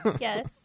Yes